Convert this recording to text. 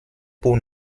pour